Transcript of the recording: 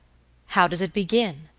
how does it begin,